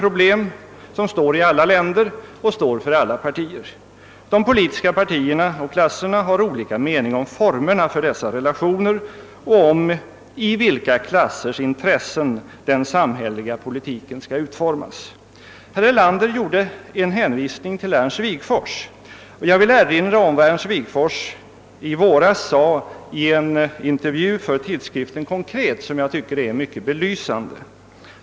Det finns i alla länder och för alla partier. De politiska partierna och klasserna har olika uppfattning om formerna för dessa relationer och om i vilka klassers intressen den samhälleliga politiken skall utformas. Herr Erlander gjorde en hänvisning till Ernst Wigforss. Jag vill erinra om vad Wigforss sade i våras i en intervju för tidskriften Konkret, som jag tycker är mycket belysande.